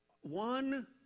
one